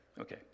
Okay